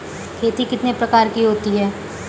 खेती कितने प्रकार की होती है?